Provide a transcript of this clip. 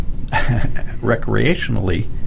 recreationally